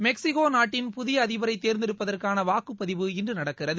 Mexico நாட்டின் புதிய அதிபரை தேர்ந்தெடுப்பதற்கான வாக்குப்பதிவு இன்று நடக்கிறது